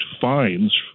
fines